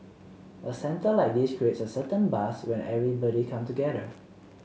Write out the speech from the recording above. a centre like this creates a certain buzz when everybody come together